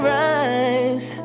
rise